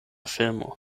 filmo